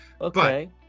okay